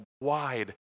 wide